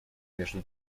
между